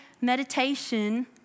meditation